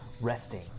resting